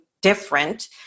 different